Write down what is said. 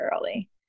early